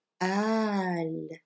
Al